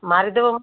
ମାରିଦେବ